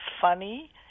funny